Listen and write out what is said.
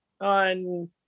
on